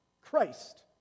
Christ